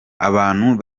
abantu